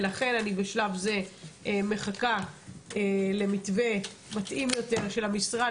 ולכן אני מחכה למתווה מתאים יותר של המשרד